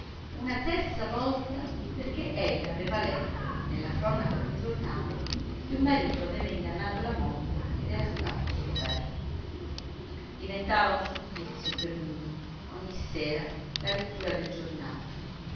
una terza volta perché ella aveva letto nella cronaca d'un giornale che un marito aveva ingannato la moglie ed era stato scoperto diventava un supplizio per lui ogni sera la lettura del giornale